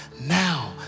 now